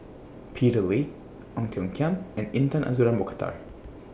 Peter Lee Ong Tiong Khiam and Intan Azura Mokhtar